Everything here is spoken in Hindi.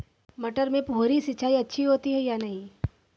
मटर में फुहरी सिंचाई अच्छी होती है या नहीं?